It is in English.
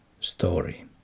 story